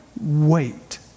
wait